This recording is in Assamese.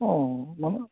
অ